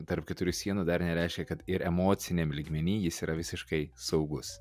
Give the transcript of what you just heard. tarp keturių sienų dar nereiškia kad ir emociniam lygmeny jis yra visiškai saugus